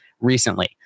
recently